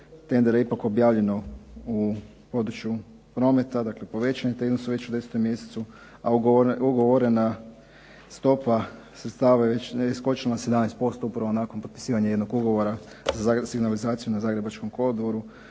tendera ipak objavljeno u području prometa, dakle povećan je taj iznos već u 10. mjesecu, a ugovorena stopa sredstava je već negdje skočila na 17% upravo nakon potpisivanja jednog ugovora za signalizaciju na zagrebačkom kolodvoru.